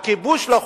הכיבוש לא חוקי.